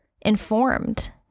informed